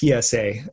psa